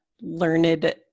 learned